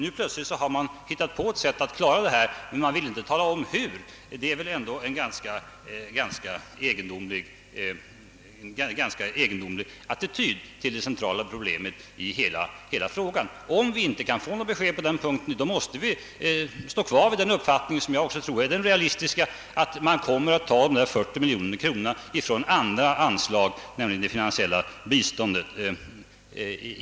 Nu plötsligt har man hittat på ett sätt att klara detta, men då vill man inte tala om hur det skall ske, Det är väl ändå en ganska egendomlig attityd till det centrala problemet i hela frågan. Om vi inte kan få något besked på den punkten, måste vi ha kvar den uppfattning som jag tror är den realistiska, nämligen att man kommer att ta dessa 40 miljoner kronor från anslaget för finansiellt bistånd.